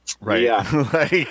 Right